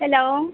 hello